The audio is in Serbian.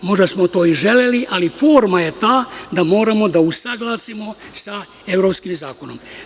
Možda smo to i želeli, ali forma je ta da moramo da usaglasimo sa evropskim zakonom.